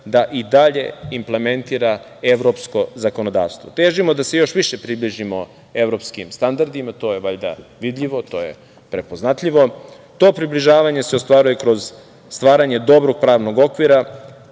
da i dalje implementira evropsko zakonodavstvo. Težimo da se još više približimo evropskim standardima. To je valjda vidljivo, to je prepoznatljivo. To približavanje se ostvaruje kroz stvaranje dobrom pravnog okvira,